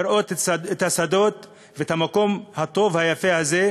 לראות את השדות ואת המקום הטוב והיפה הזה,